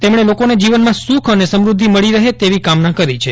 તેમણે લોકોને જીવનમાં સુખ અને સમૃદ્ધિ મળી રહે તેવી કામના કરી છે